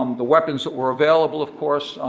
um the weapons that were available, of course,